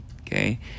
okay